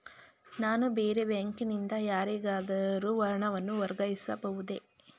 ನಾನು ಬೇರೆ ಬ್ಯಾಂಕಿನಿಂದ ಯಾರಿಗಾದರೂ ಹಣವನ್ನು ವರ್ಗಾಯಿಸಬಹುದೇ?